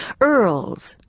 earls